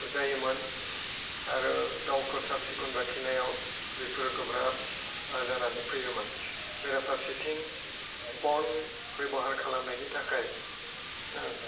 जायोमोन आरो गावखौ साब सिखोन लाखिनायाव बेफोर गोब्राब आह जानानै फैयोमोन बेराफारसेथिं बन बेबहार खालामनायनि थाखाय ओह